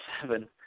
seven